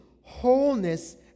wholeness